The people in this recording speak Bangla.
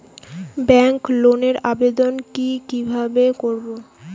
ব্যাংক লোনের আবেদন কি কিভাবে করব?